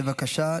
בבקשה.